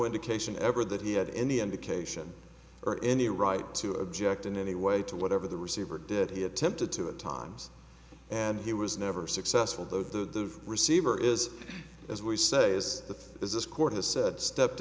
indication ever that he had any indication or any right to object in any way to whatever the receiver did he attempted to at times and he was never successful though the receiver is as we say as the business court has said stepped